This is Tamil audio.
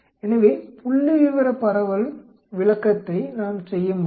எனவே புள்ளிவிவர பரவல் விளக்கத்தை நாம் செய்ய முடியும்